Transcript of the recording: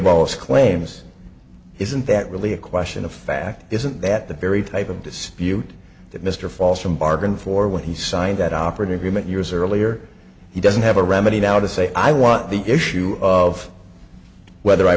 both claims isn't that really a question of fact isn't that the very type of dispute that mr false from bargained for when he signed that operating agreement years earlier he doesn't have a remedy now to say i want the issue of whether i